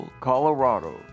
Colorado